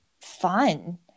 fun